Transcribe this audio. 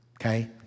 okay